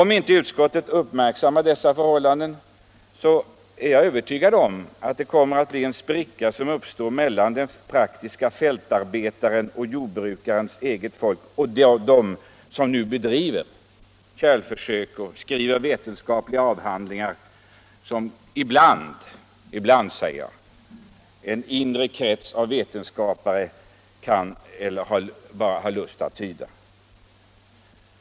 Om inte utskottet uppmärksammar dessa förhållanden är jag övertygad om att det kommer att bli en spricka mellan å ena sidan den praktiska fältarbetaren och jordbrukets eget folk och å andra sidan de som nu bedriver försök och skriver vetenskapliga avhandlingar, som ibland bara en inre krets av vetenskapare kan eller har lust att tyda.